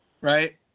right